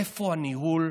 איפה הניהול,